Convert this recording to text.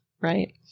right